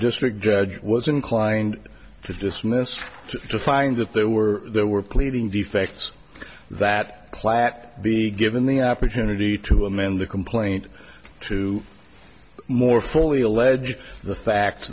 district judge was inclined to dismiss to find that there were there were pleading defects that claque be given the opportunity to amend the complaint to more fully allege the fact